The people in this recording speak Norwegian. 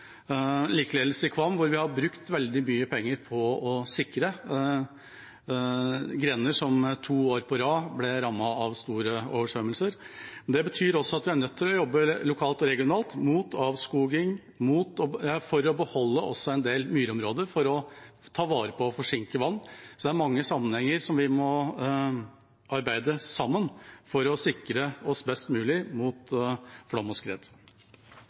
i Kvam, hvor vi har brukt veldig mye penger på å sikre grender som to år på rad ble rammet av store oversvømmelser. Det betyr også at vi er nødt til å jobbe lokalt og regionalt mot avskoging og for å beholde en del myrområder for å ta vare på forsinket vann. I mange sammenhenger må vi arbeide sammen for å sikre oss best mulig mot flom og skred.